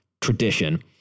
tradition